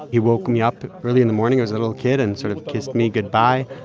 he woke me up early in the morning i was a little kid and sort of kissed me goodbye.